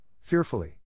fearfully